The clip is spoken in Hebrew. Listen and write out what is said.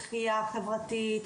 דחייה חברתית,